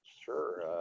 sure